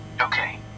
Okay